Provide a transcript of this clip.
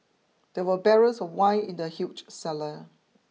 there were barrels of wine in the huge cellar